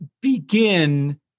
begin